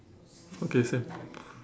okay same